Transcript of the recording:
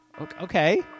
Okay